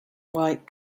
white